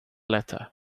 letter